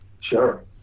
Sure